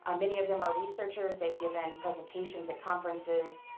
um many of them are researchers. they've given presentations at conferences.